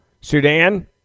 Sudan